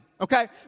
okay